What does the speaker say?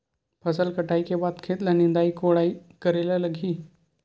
फसल कटाई के बाद खेत ल निंदाई कोडाई करेला लगही?